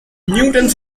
mutant